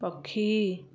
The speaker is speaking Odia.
ପକ୍ଷୀ